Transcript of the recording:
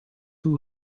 who